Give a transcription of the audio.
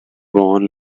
born